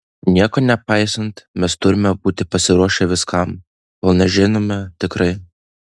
nieko nepaisant mes turime būti pasiruošę viskam kol nežinome tikrai